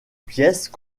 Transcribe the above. pièces